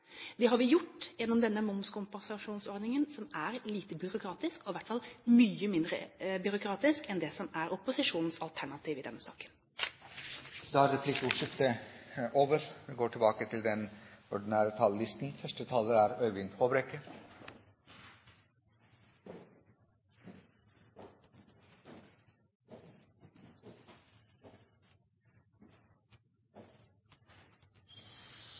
Det har vi gjort gjennom denne momskompensasjonsordningen som er lite byråkratisk og i hvert fall mye mindre byråkratisk enn det som er opposisjonens alternativ i denne saken. Replikkordskiftet er over. Jeg vil innledningsvis vise til